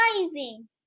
driving